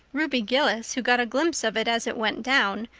ruby gillis, who got a glimpse of it as it went down,